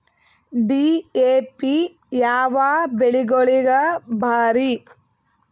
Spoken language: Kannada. ಡಿ.ಎ.ಪಿ ಯಾವ ಬೆಳಿಗೊಳಿಗ ಭಾರಿ?